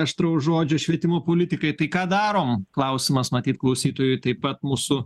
aštraus žodžio švietimo politikai tai ką darom klausimas matyt klausytojui taip pat mūsų